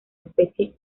especie